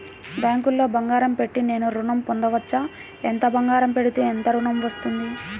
బ్యాంక్లో బంగారం పెట్టి నేను ఋణం పొందవచ్చా? ఎంత బంగారం పెడితే ఎంత ఋణం వస్తుంది?